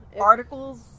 Articles